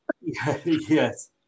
Yes